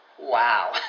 Wow